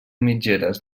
mitgeres